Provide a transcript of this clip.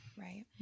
Right